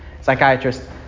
Psychiatrist